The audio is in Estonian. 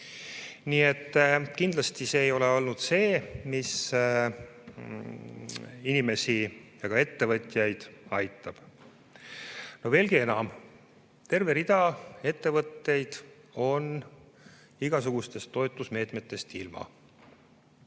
Nii et kindlasti see ei ole olnud see, mis inimesi ja ka ettevõtjaid aitab. Veelgi enam, terve rida ettevõtteid on igasugustest toetusmeetmetest ilma.